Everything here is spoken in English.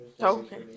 Okay